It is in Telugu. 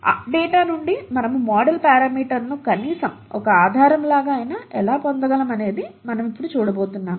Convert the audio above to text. ఆ డేటా నుండి మనము మోడల్ పారామీటర్లను కనీసం ఒక ఆధారం లాగా అయినా ఎలా పొందగలం అనేది మనం ఇప్పుడు చూడబోతున్నాం